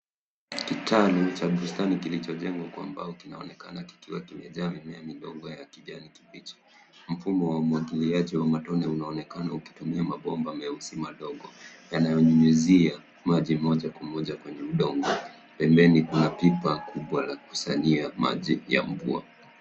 Kitani cha bustani kilichojengwa kwa mbao, kinaonekana kikiwa kimejaa mimea ndogo ya kijani kibichi. Mfumo wa umwagiliaji wa matone unaonekana ukitumia mabomba meusi madogo, yanayonyunyizia maji moja kwenye udongo. Pembeni kuna pipa kubwa la kukusanyia maji ya mvua.